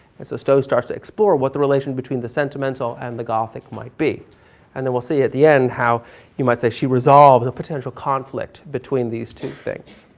and so so starts to explore about what the relations between the sentimental and the gothic might be and then we'll see at the end how you might say she resolves a potential conflict between these two things.